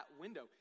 window